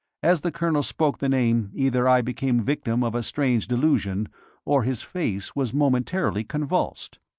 as the colonel spoke the name either i became victim of a strange delusion or his face was momentarily convulsed.